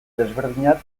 desberdinak